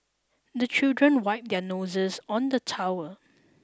the children wipe their noses on the towel